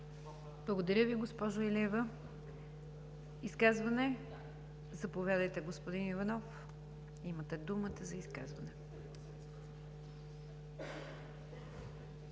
Благодаря Ви, госпожо Илиева. Изказване? Заповядайте, господин Иванов, имате думата за изказване.